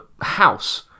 house